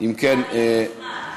אם כן,